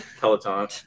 Peloton